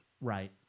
Right